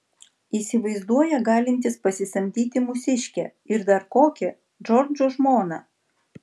įsivaizduoja galintis pasisamdyti mūsiškę ir dar kokią džordžo žmoną